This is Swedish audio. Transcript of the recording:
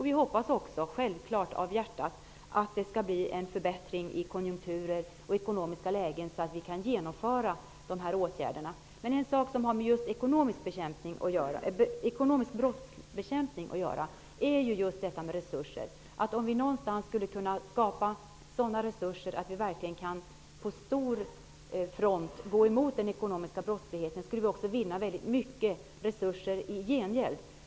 Vi hoppas också självfallet av hjärtat att det skall bli en förbättring i konjukturer och ekonomiska lägen så att vi kan genomföra dessa åtgärder. En sak som har med just ekonomisk brottsbekämpning att göra är detta med resurser. Om vi någonstans skulle kunna skapa sådana resurser att vi kunde gå emot den ekonomiska brottsligheten på bred front skulle vi också vinna väldigt mycket resurser i gengäld.